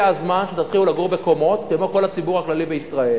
הגיע הזמן שתתחילו לגור בקומות כמו הציבור הכללי בישראל.